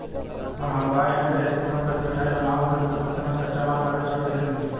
हम हलुवाई हईं त ए.सी शो कैशमिठाई बनावे के स्वचालित मशीन और कच्चा माल खातिर ऋण कइसे मिली?